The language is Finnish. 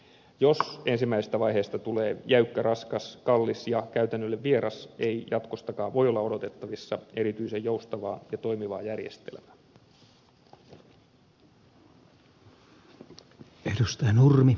jos ensimmäisestä vaiheesta tulee jäykkä raskas kallis ja käytännölle vieras ei jatkostakaan voi olla odotettavissa erityisen joustavaa ja toimivaa järjestelmää